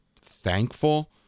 thankful